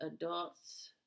adults